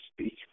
speak